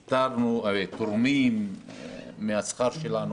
אומר: ויתרנו, אנחנו תורמים מהשכר שלנו.